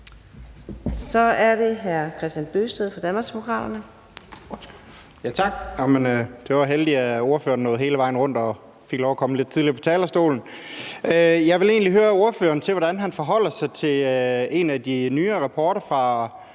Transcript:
Så er det hr. Kristian Bøgsted fra Danmarksdemokraterne.